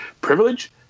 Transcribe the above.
Privilege